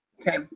Okay